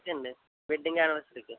Chandi wedding యానివర్సరీకి